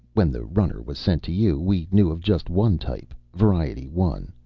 when the runner was sent to you, we knew of just one type. variety one.